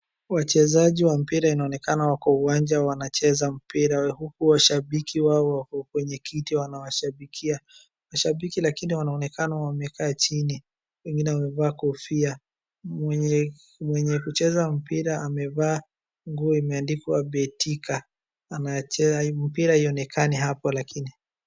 Wachezaji wa mpira inaonekana wako uwanja wanacheza mpira huku washabiki wao wako kwenye kiti wanawashabikia. Washabiki lakini wanaonekana wamekaa chini, wengine amevaa kofia. Mwenye kucheza mpira amevaa nguo imeandikwa Betika, mpira haionekani hapo lakini.